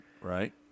Right